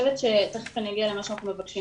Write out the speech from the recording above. תיכף אני אגיע למה שאנחנו מבקשים